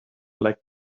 like